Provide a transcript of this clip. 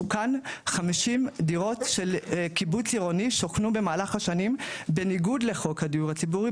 50 דירות של קיבוץ עירוני שוכנו במהלך השנים בניגוד לחוק הדיור הציבורי,